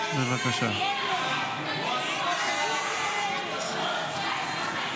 הודעת ראש הממשלה